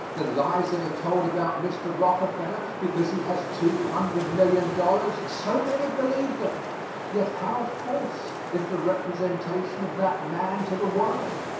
the lies that are told about mr. rockefeller because he has two hundred million dollars so many believe them yet how false is the representation of that man to the world.